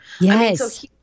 Yes